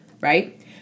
Right